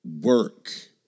work